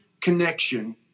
connection